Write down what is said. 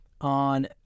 on